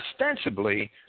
ostensibly